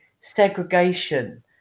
segregation